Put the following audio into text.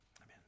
Amen